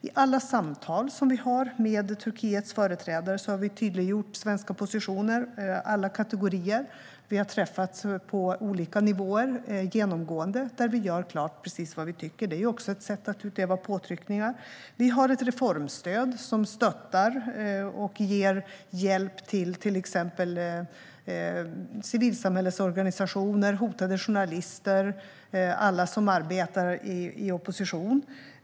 I alla samtal som vi har med Turkiets företrädare har vi tydliggjort svenska positioner i alla kategorier. Vi har träffats på olika nivåer genomgående och gjort klart precis vad vi tycker - det är också ett sätt att utöva påtryckningar. Vi har ett reformstöd som stöttar och ger hjälp till exempelvis civilsamhällesorganisationer, hotade journalister och alla som arbetar i opposition.